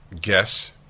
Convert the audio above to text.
guess